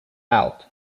out